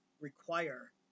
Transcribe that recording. require